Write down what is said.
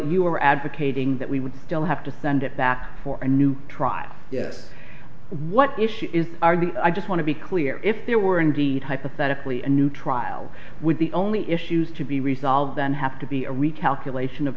you are advocating that we would still have to send it back for a new trial yes what issue is are the i just want to be clear if there were indeed hypothetically a new trial would the only issues to be resolved then have to be a recalculation of